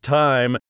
time